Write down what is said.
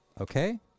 okay